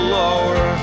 lower